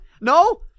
no